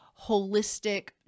holistic